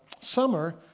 summer